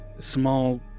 small